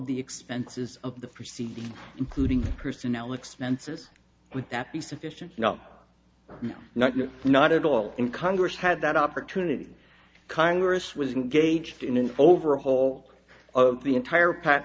the expenses of the proceeding including personnel expenses would that be sufficient no no not at all in congress had that opportunity congress was engaged in an overhaul of the entire pa